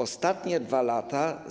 Ostatnie 2 lata